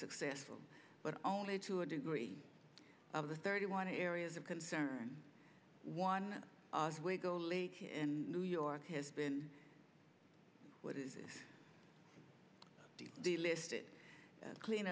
successful but only to a degree of the thirty one areas of concern one way goalie in new york has been what is the list that clean